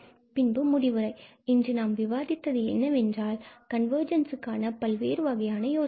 பின்பு முடிவுரை இன்று நாம் விவாதித்தது என்னவென்றால் கன்வர்ஜென்ஸ்க்கான பல்வேறு வகையான யோசனைகள்